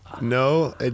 No